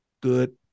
Good